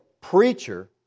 preacher